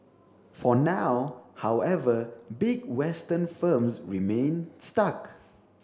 for now however big Western firms remain stuck